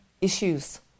issues